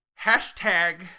Hashtag